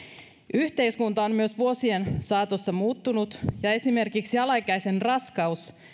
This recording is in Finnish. yhteiskunta on myös vuosien saatossa muuttunut ja esimerkiksi alaikäisen raskaus